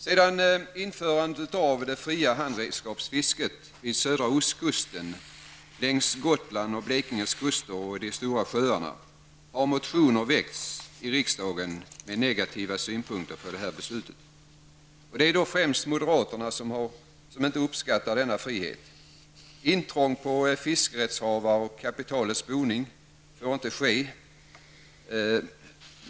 Sedan införandet av det fria handredskapsfisket vid södra ostkusten, längs Gotlands och Blekinges kuster samt i de stora sjöarna har motioner väckts i riksdagen med negativa synpunkter på det fattade beslutet. Det är främst moderaterna som inte uppskattar denna frihet. Intrång på fiskerättshavare och kapitalets boning får inte ske.